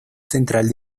central